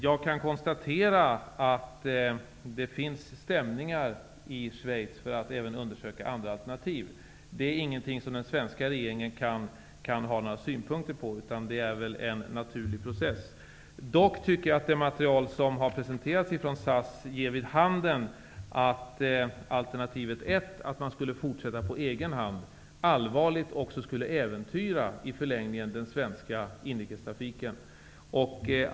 Jag kan konstatera att det finns stämningar i Schweiz för att även undersöka andra alternativ. Det är ingenting som den svenska regeringen kan ha några synpunkter på, utan det är en naturlig process. Dock tycker jag att det material som presenterats från SAS ger vid handen att alternativ 1, dvs. att fortsätta på egen hand, i förlängningen skulle äventyra den svenska inrikestrafiken.